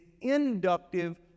inductive